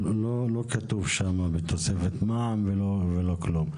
לא כתוב שם שזה בתוספת מע"מ ולא כלום.